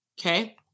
Okay